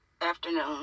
afternoon